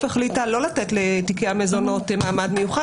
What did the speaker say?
החליטה לא לתת לתיקי המזונות מעמד מיוחד.